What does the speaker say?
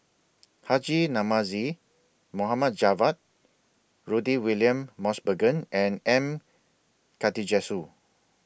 Haji Namazie Mohammad Javad Rudy William Mosbergen and M Karthigesu